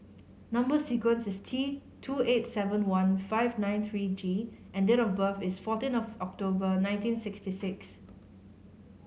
number sequence is T two eight seven one five nine three G and date of birth is fourteen of October nineteen sixty six